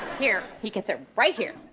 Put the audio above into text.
here, he can sit right here!